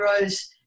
rose